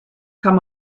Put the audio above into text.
kann